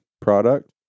product